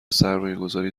سرمایهگذاری